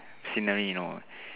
scenery you know